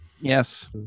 yes